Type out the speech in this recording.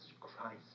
Christ